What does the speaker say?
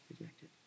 rejected